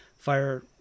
Fire